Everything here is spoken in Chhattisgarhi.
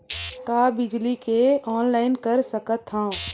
का बिजली के ऑनलाइन कर सकत हव?